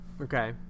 Okay